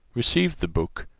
received the book,